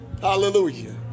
hallelujah